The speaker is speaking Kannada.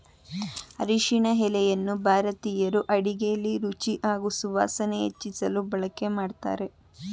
ಅರಿಶಿನ ಎಲೆಯನ್ನು ಭಾರತೀಯರು ಅಡುಗೆಲಿ ರುಚಿ ಹಾಗೂ ಸುವಾಸನೆ ಹೆಚ್ಚಿಸಲು ಬಳಕೆ ಮಾಡ್ತಾರೆ